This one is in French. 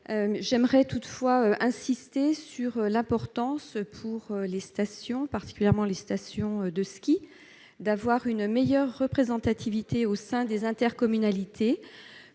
j'aimerais toutefois insisté sur l'importance pour les stations particulièrement les stations de ski d'avoir une meilleure représentativité au sein des intercommunalités